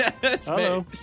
Hello